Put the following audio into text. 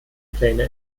pläne